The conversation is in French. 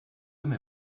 homme